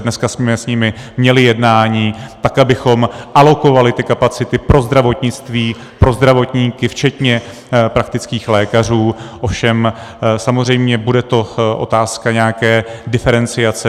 Dneska jsme s nimi měli jednání, tak abychom alokovali ty kapacity pro zdravotnictví, pro zdravotníky včetně praktických lékařů, ovšem samozřejmě bude to otázka nějaké diferenciace.